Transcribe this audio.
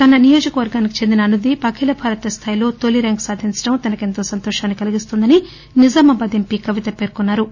తన నియోజకవర్గానికి చెందిన అనుదీప్ అఖిల భారత స్థాయిలో తొలి ర్యాంకు సాధించడం తనకెంతో సంతోషాన్పి కలిగిస్తోందని నిజామాబాద్ ఎంపీ కవిత పేర్కొన్నా రు